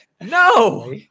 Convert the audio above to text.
No